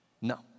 No